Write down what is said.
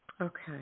Okay